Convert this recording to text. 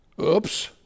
Oops